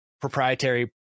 proprietary